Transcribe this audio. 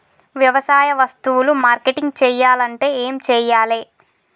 వ్యవసాయ వస్తువులు మార్కెటింగ్ చెయ్యాలంటే ఏం చెయ్యాలే?